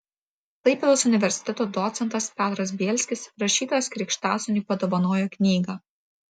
klaipėdos universiteto docentas petras bielskis rašytojos krikštasūniui padovanojo knygą